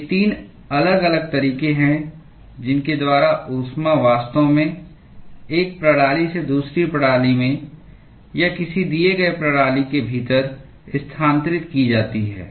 ये 3 अलग अलग तरीके हैं जिनके द्वारा ऊष्मा वास्तव में एक प्रणाली से दूसरी प्रणाली में या किसी दिए गए प्रणाली के भीतर स्थानांतरित की जाती है